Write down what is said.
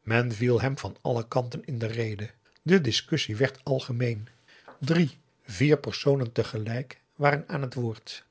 men viel hem van alle kanten in de rede de discussie werd algemeen drie vier personen te gelijk waren aan het woord